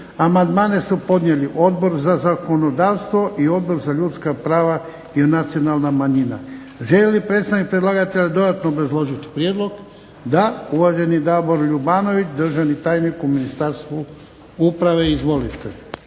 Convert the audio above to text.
Amandmane su podnijeli Odbor za zakonodavstvo i Odbor za ljudska prava i prava nacionalnih manjina. Želi li predstavnik predlagatelja dodatno obrazložiti prijedlog? Da. Uvaženi Davor Ljubanović, državni tajnik u Ministarstvu uprave. Izvolite.